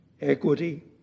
equity